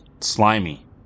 slimy